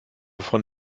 von